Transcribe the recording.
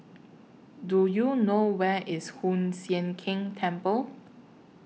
Do YOU know Where IS Hoon Sian Keng Temple